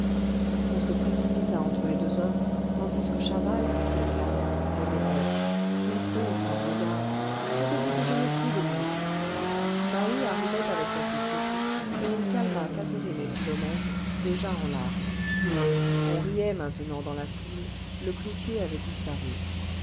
on se précipita entre les deux hommes tandis que chaval très calme répétait laisse donc ça me regarde je te dis que je me fous de lui maheu arrivait avec sa société et il calma catherine et philomène déjà en larmes on riait maintenant dans la foule le cloutier avait disparu